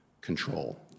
control